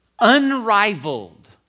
unrivaled